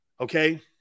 Okay